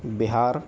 Bihar